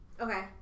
Okay